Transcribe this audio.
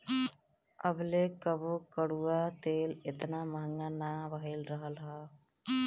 अबले कबो कड़ुआ तेल एतना महंग ना भईल रहल हअ